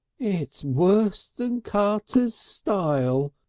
it's wuss than carter's stile,